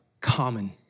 common